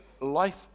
life